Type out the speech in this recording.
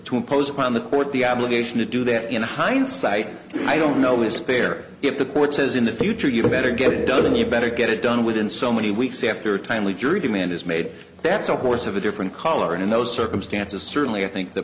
to impose upon the court the obligation to do that in hindsight i don't know is fair if the court says in the future you better get it done and you better get it done within so many weeks after a timely jury demand is made that's a horse of a different color and in those circumstances certainly i think the